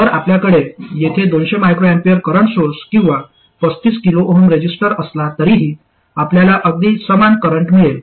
तर आपल्याकडे येथे 200 µA करंट सोर्स किंवा 35 kΩ रेझिस्टर असला तरीही आपल्याला अगदी समान करंट मिळेल